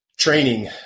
training